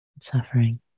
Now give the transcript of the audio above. suffering